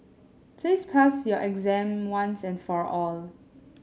please pass your exam once and for all